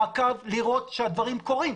מעקב לראות שהדברים קורים.